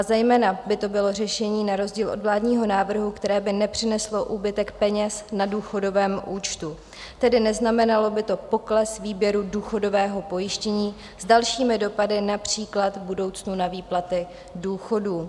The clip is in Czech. Zejména by to bylo řešení, na rozdíl od vládního návrhu, které by nepřineslo úbytek peněz na důchodovém účtu, tedy neznamenalo by to pokles výběru důchodového pojištění s dalšími dopady, například v budoucnu na výplaty důchodů.